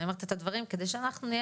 אני אומרת את הדברים כדי שאנחנו נהיה